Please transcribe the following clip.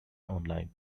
online